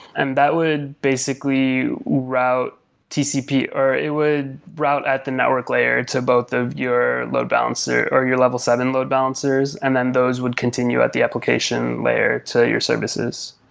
and that would basically route tcp, or it would route at the network layer to both your load balancer or your level seven load balancers and then those would continue at the application layer to your services.